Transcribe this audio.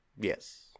Yes